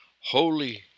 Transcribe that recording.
Holy